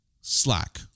slack